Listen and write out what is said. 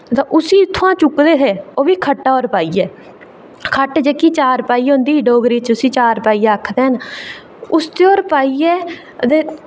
ते उसी उत्थां चुकदे हे ओह्बी खट्टा पर पाइयै खट्ट जेह्की चारपाई होंदी डोगरी च उसी खट्ट आखदे न उसदे पर पाइयै ते